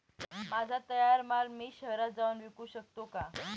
माझा तयार माल मी शहरात जाऊन विकू शकतो का?